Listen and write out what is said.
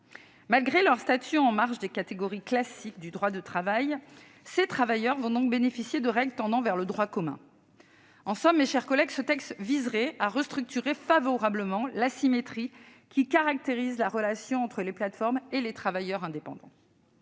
Malgré leur statut en marge des catégories classiques du droit du travail, ces travailleurs vont donc bénéficier de règles tendant vers le droit commun. En somme, mes chers collègues, le texte viserait à restructurer favorablement l'asymétrie qui caractérise la relation entre les plateformes et les travailleurs indépendants.